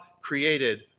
created